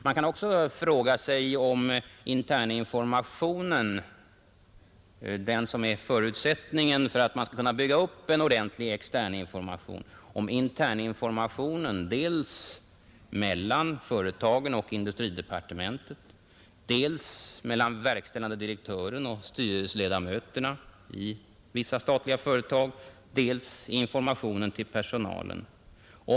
Man kan också fråga sig om interninformationen — som är en förutsättning för att bygga upp en ordentlig extern information — fungerade under 1970, dels mellan företagen och industridepartementet, dels mellan verkställande direktören och styrelseledamöterna i vissa statliga företag, dels till personalen.